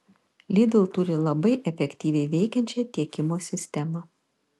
lidl turi labai efektyviai veikiančią tiekimo sistemą